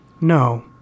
No